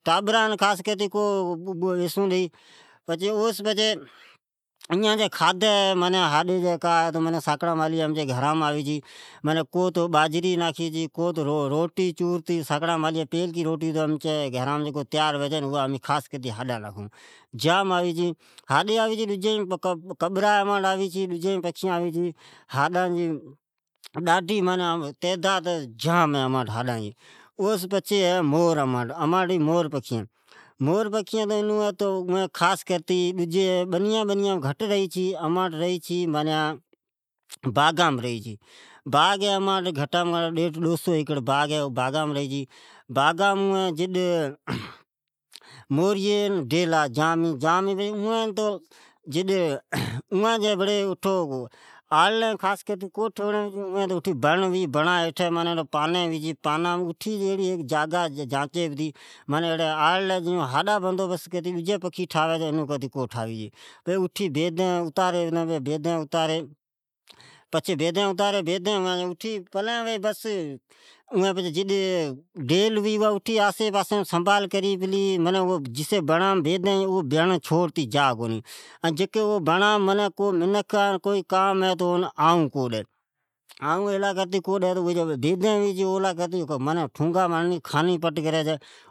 اوچھ پچھی ٹبران بوبرا ھیٹھی خاص کرتی کو بیسون ڈئی ۔ ڈجی ائین جی کھادی ھی اون ساکاڑا مالے اپچی گھریم آوہ چھے، اون خاص کرتی کو باجھری یا کو تو کو روٹی چورتی، پیلکی روٹی امچی گھرام چورتی خاص کرتی ھڈان ناکھین اکھی ، ھاڈی ھی ڈجی پکھیین آوی چھی کبرا ھے، ڈجی بھی پکھیین آری چھے ،اٹھے ھڈان جی تیداد جام ھی ۔ڈجی ھی مور ھی مور تو بنیام تو کو ھی خاص کرتی باغامین ھی ۔ مور ڈیلا جام ھی اماٹ ڈیدھ ، ڈو ایکڑ باغ ھی اوم رھی چھے۔ اوین آپکی اینڈی ھیک ایڑی جگا ھتھ کری بڑا ھٹھی جون ڈجی پکھین آڑلی ٹھاوی چھی ایون کو ٹھاوی کی بڑا ھیٹھے اتاری چھی پچھے دھل اوان جی دیکھنھال کری چھی او بڑا پاسی فری پلی پر اڑگی کو جا این نکو کان پاسی آیون دی کان تو اوی جین بیدین ھوی چھی ائی ٹھونگا ھڑنی پٹ کری چھی۔